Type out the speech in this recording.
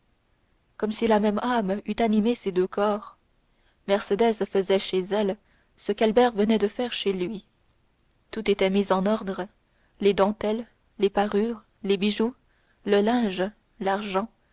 comme si la même âme eût animé ces deux corps mercédès faisait chez elle ce qu'albert venait de faire chez lui tout était mis en ordre les dentelles les parures les bijoux le linge l'argent